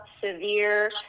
severe